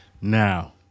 Now